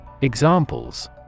Examples